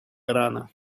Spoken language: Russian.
ирана